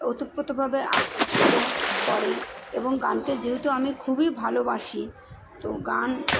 ওতপ্রোতভাবে আকৃষ্ট করে এবং গানকে যেহেতু আমি খুবই ভালোবাসি তো গান